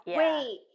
wait